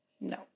No